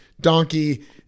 Donkey